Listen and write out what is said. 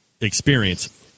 experience